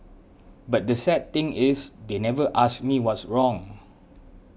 but the sad thing is they never asked me what's wrong